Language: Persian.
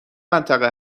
منطقه